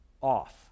off